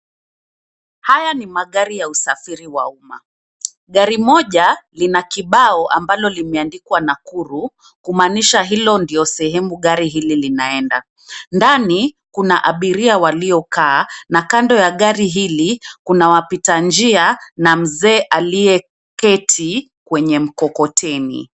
Haya ni magari ya usafiri wa umma. Gari moja, lina kibao ambalo limeandikwa Nakuru, kumaanisha hilo ndio sehemu gari hili linaenda. Ndani, kuna abiria waliokaa, na kando ya gari hili, kuna wapita njia na mzee aliyeketi, kwenye mkokoteni.